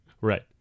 Right